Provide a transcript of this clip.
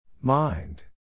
Mind